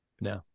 No